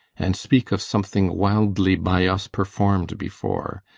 and speak of something wildly by us perform'd before.